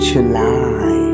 July